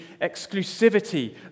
exclusivity